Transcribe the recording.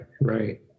Right